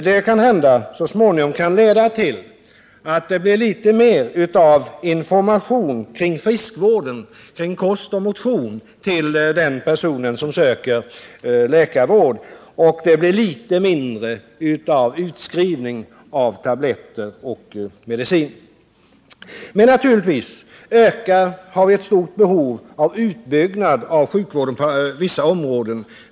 Det kan så småningom leda till att det ges litet mer information om friskvård, kost och motion till den person som söker läkarvård och skrivs ut litet mindre tabletter och medicin. Men naturligtvis har vi ett stort behov av en utbyggnad av sjukvården på vissa områden.